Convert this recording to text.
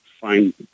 find